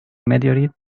meteorite